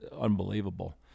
unbelievable